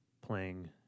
playing